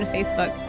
Facebook